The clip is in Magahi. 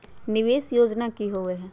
निवेस योजना की होवे है?